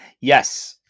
Yes